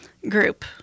group